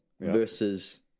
versus